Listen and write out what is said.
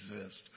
exist